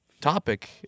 topic